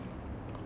ya